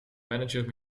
manager